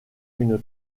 une